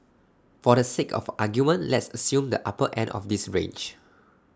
for the sake of argument let's assume the upper end of this range